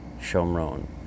Shomron